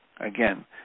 Again